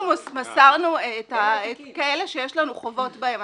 אנחנו מסרנו כאלה שיש לנו חובות בהם,